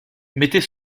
mettez